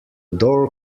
door